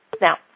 Now